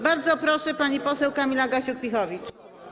Bardzo proszę, pani poseł Kamila Gasiuk-Pihowicz.